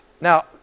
Now